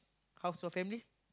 how's your family